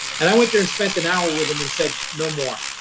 and i went there and spent an hour with them and said, no more.